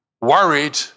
Worried